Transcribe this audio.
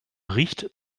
riecht